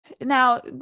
now